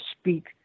speak